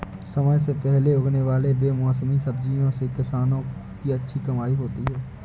समय से पहले उगने वाले बेमौसमी सब्जियों से किसानों की अच्छी कमाई होती है